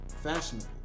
fashionable